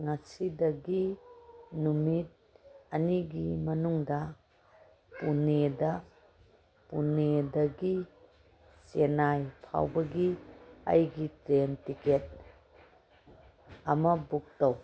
ꯉꯁꯤꯗꯒꯤ ꯅꯨꯃꯤꯠ ꯑꯅꯤꯒꯤ ꯃꯅꯨꯡꯗ ꯄꯨꯅꯦꯗ ꯄꯨꯅꯦꯗꯒꯤ ꯆꯦꯅꯥꯏ ꯐꯥꯎꯕꯒꯤ ꯑꯩꯒꯤ ꯇ꯭ꯔꯦꯟ ꯇꯤꯀꯦꯠ ꯑꯃ ꯕꯨꯛ ꯇꯧ